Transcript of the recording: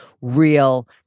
real